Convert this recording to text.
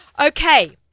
Okay